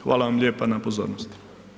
Hvala vam lijepa na pozornosti.